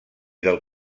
del